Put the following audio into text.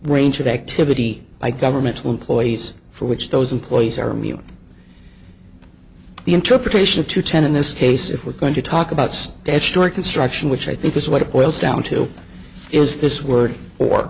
range of activity by governmental employees for which those employees are mute the interpretation of two ten in this case if we're going to talk about statutory construction which i think is what it boils down to is this word or